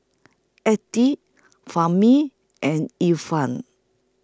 Fahmi and Irfan